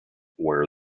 where